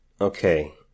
Okay